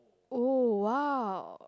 oh !wow!